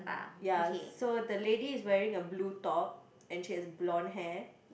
ya so the lady is wearing a blue top and she has blonde hair